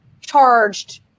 charged